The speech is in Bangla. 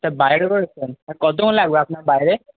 তা বাইরে বেরোচ্ছেন কতক্ষণ লাগবে আপনার বাইরে